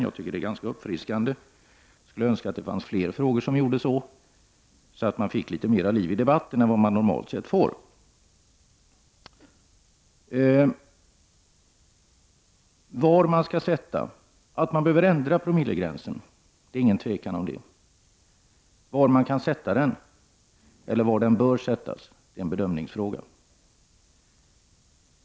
Jag tycker att det är ganska uppfriskande och skulle önska att det fanns fler frågor som gjorde detta, så att man fick litet mera liv i debatten än vad som är vanligt. Att man behöver ändra promillegränsen råder det inget tvivel om. Var den bör sättas är en bedömningsfråga.